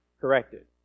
corrected